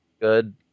good